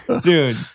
Dude